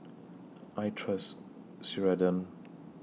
I Trust Ceradan